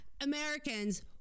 americans